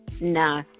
Nah